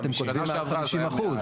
אתם כותבים מעל 50%. שנה שעברה זה היה מעל.